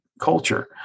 culture